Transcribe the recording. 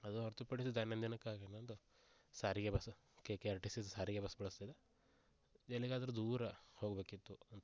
ಅದು ಹೊರ್ತುಪಡಿಸಿ ದೈನಂದಿನಕ್ಕಾಗಿ ಇನ್ನೊಂದು ಸಾರಿಗೆ bus K K R T C ಸಾರಿಗೆ ಬಸ್ ಬಳಸ್ತಿದ್ದೆ ಎಲ್ಲಿಗಾದರು ದೂರ ಹೋಗಬೇಕಿತ್ತು ಅಂತಂದರೆ